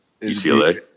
UCLA